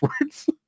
words